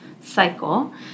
cycle